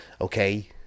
Okay